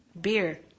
Beer